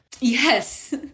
Yes